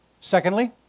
Secondly